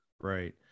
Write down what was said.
Right